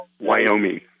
Wyoming